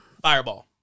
fireball